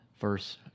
verse